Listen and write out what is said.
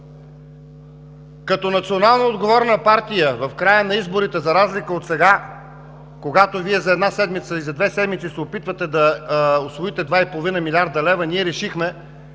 Като националноотговорна партия в края на изборите, за разлика от сега, когато Вие за една седмица и за две седмици се опитвате да усвоите 2,5 млрд. лв., ние решихме,